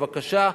בבקשה,